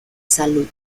salud